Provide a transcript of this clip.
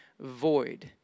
void